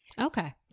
Okay